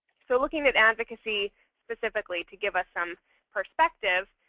so looking at advocacy specifically to give us some perspective,